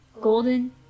golden